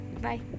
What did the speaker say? Bye